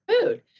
food